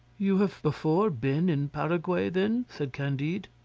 you have before been in paraguay, then? said candide.